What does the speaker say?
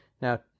Now